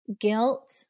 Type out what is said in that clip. Guilt